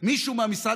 לא צריך משרד